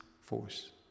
force